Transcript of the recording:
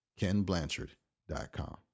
KenBlanchard.com